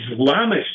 Islamist